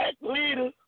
leader